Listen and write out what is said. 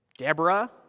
Deborah